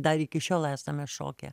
dar iki šiol esame šoke